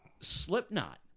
Slipknot